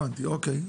הבנתי, אוקיי.